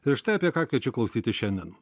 ir štai apie ką kviečiu klausytis šiandien